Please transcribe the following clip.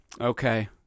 okay